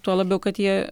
tuo labiau kad jie